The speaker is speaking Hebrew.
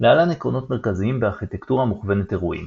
להלן עקרונות מרכזיים בארכיטקטורה מוכוונת אירועים